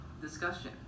discussion